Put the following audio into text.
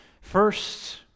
First